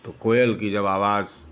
तो कोयल की जब आवाज